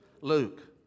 Luke